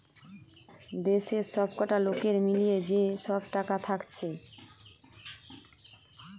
দেশের সবকটা লোকের মিলিয়ে যে সব টাকা থাকছে